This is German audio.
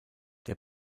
der